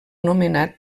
nomenat